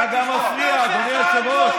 אתה, אל תגיד לי תשתוק.